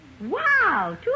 Wow